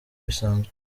bisanzwe